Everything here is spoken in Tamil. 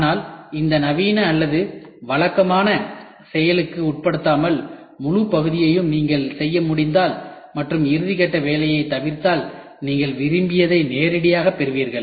ஆனால் இந்த நவீன அல்லது வழக்கமான செயலுக்கு உட்படுத்தாமல் முழு பகுதியையும் நீங்கள் செய்ய முடிந்தால் மற்றும் இறுதிகட்ட வேலையை தவிர்த்தால் நீங்கள் விரும்பியதை நேரடியாகப் பெறுவீர்கள்